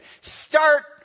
Start